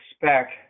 expect